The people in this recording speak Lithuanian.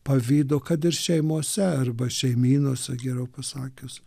pavydo kad ir šeimose arba šeimynose geriau pasakius